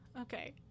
okay